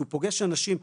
הוא פוגש אנשים.